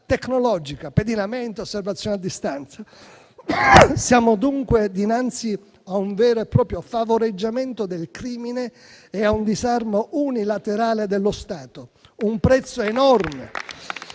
tecnologica (pedinamento, osservazione a distanza). Siamo, dunque, dinanzi a un vero e proprio favoreggiamento del crimine e a un disarmo unilaterale dello Stato.